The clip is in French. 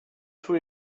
tous